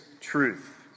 truth